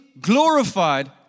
glorified